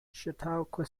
chautauqua